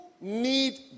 need